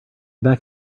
back